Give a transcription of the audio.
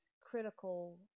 critical